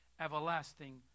everlasting